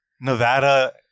Nevada